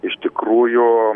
iš tikrųjų